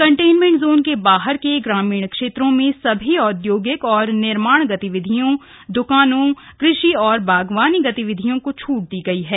containment zone के बाहर के ग्रामीण क्षेत्रों में सभी औदयोगिक और निर्माण गतिविधियों दुकानों कृषि और बागवानी गतिविधियों को छूट दी गई है